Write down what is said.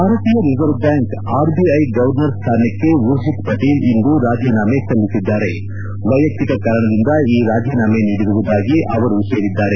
ಭಾರತೀಯ reserve bank R B I governor ಸ್ಹಾನಕ್ಷೆ ಉರ್ಜಿತ್ ಪಟೇಲ್ ಇಂದು ರಾಜೀನಾಮೆ ಸಲ್ಲಿಸಿದ್ದಾರೆವೈಯಕ್ತಿಕ ಕಾರಣದಿಂದ ಈ ರಾಜೀನಾಮೆ ನೀಡಿರುವುದಾಗಿ ಅವರು ಹೇಳಿದ್ದಾರೆ